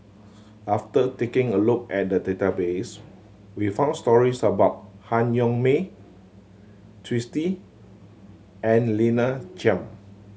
after taking a look at the database we found stories about Han Yong May Twisstii and Lina Chiam